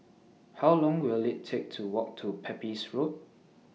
How Long Will IT Take to Walk to Pepys Road